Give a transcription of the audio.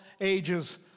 ages